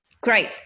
Great